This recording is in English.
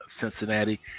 Cincinnati